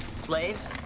slaves?